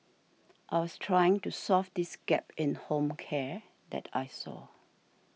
I was trying to solve this gap in home care that I saw